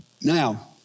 Now